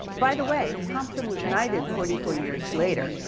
by the way, thomson was knighted forty four years later,